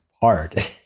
hard